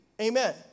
Amen